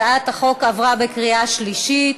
הצעת החוק עברה בקריאה שלישית,